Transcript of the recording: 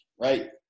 right